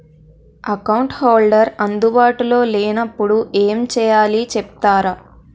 Account holder అందు బాటులో లే నప్పుడు ఎం చేయాలి చెప్తారా?